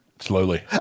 Slowly